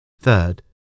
Third